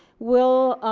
will